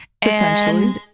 Potentially